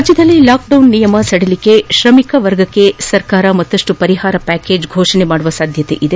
ರಾಜ್ಯದಲ್ಲಿ ಲಾಕ್ಡೌನ್ ನಿಯಮ ಸಡಿಲಿಕೆ ಶ್ರಮಿಕ ವರ್ಗಕ್ಕೆ ಸರ್ಕಾರ ಮತ್ತಷ್ಟು ಪರಿಹಾರ ಪ್ಯಾಕೇಜ್ ಫೋಷಣೆ ಮಾಡುವ ಸಾಧ್ಯತೆ ಇದೆ